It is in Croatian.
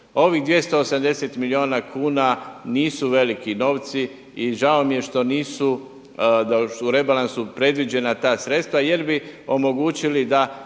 Ovih 280 milijuna kuna nisu veliki novci i žao mi je što nisu u rebalansu predviđena ta sredstva jer bi omogućili da